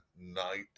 night